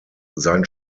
sein